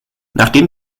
nachdem